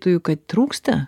tai kad trūksta